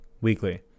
weekly